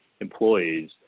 employees